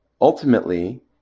ultimately